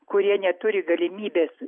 kurie neturi galimybės